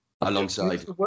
alongside